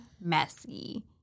messy